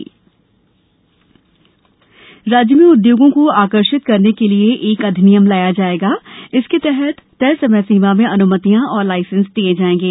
मंत्रिपरिषद मप्र राज्य में उद्योगों को आकर्षित करने के लिये एक अधिनियम लाया जाएगा जिसके तहत तय समय सीमा में अनुमतियां और लायसेंस दिये जाएंगे